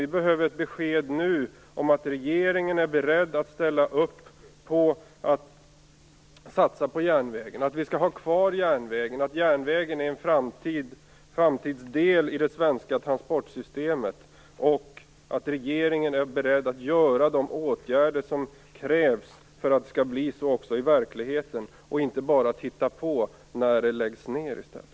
Vi behöver ett besked nu att regeringen är beredd att satsa på järnvägen, att vi skall ha kvar järnvägen, att järnvägen är en framtidsdel i det svenska transportsystemet och att regeringen är beredd att vidta de åtgärder som krävs för att det skall bli så också i verkligheten, och inte bara titta på när den i stället läggs ned.